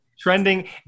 trending